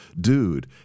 dude